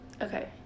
Okay